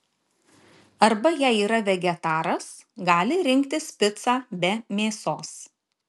arba jei yra vegetaras gali rinktis picą be mėsos